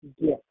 gift